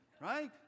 Right